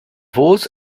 walls